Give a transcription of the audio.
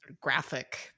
graphic